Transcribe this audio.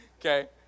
Okay